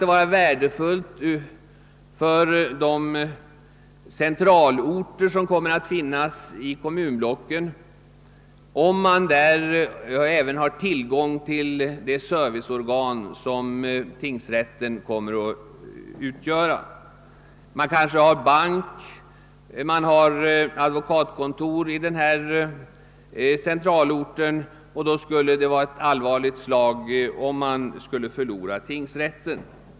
det som värdefullt att man i de centralorter, som kommer att finnas i kommunblocken, har tillgång till det serviceorgan som tingsrätten kommer att utgöra. Det finns kanske bank och advokatkontor på en sådan centralort, och det skulle då vara ett allvarligt slag för orten om den förlorTade tingsrätten.